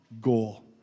goal